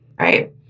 right